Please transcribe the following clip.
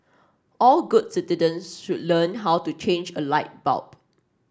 all good citizens should learn how to change a light bulb